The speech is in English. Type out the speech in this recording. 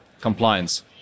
compliance